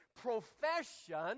profession